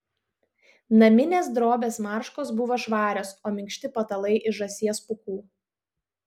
naminės drobės marškos buvo švarios o minkšti patalai iš žąsies pūkų